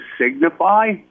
signify